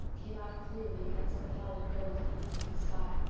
came out clearly against the pallid gold of the eastern sky.